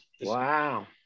Wow